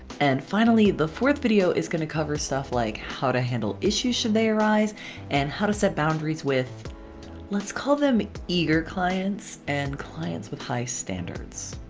and finally the fourth video is gonna cover stuff like how to handle issues should they arise and how to set boundaries with let's call them eager clients and clients with high standards.